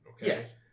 Yes